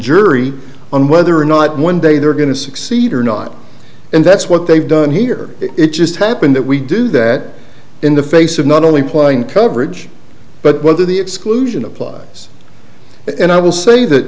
jury on whether or not one day they're going to succeed or not and that's what they've done here it just happened that we do that in the face of not only playing coverage but to the exclusion applies and i will say that